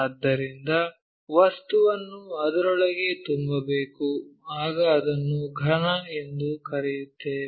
ಆದ್ದರಿಂದ ವಸ್ತುವನ್ನು ಅದರೊಳಗೆ ತುಂಬಬೇಕು ಆಗ ಅದನ್ನು ಘನ ಎಂದು ಕರೆಯುತ್ತೇವೆ